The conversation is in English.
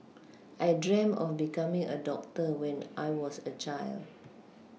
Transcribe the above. I dreamt of becoming a doctor when I was a child